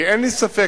כי אין לי ספק